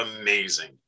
amazing